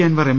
Anwar M